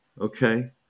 okay